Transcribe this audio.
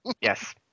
Yes